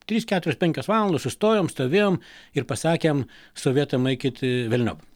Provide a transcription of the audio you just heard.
trys keturios penkios valandos sustojom stovėjom ir pasakėm sovietam eikit velniop